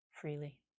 freely